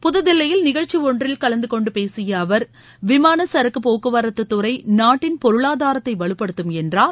புதுதில்லியில் நிகழ்ச்சி ஒன்றில் கலந்து கொண்டு பேசியஅவர் விமான சரக்குப்போக்குவரத்துத் துறை நாட்டின் பொருளாதாரத்தை வலுப்படுத்தும் என்றார்